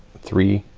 three,